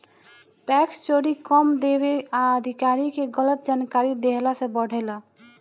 tax चोरी कम देवे आ अधिकारी के गलत जानकारी देहला से बढ़ेला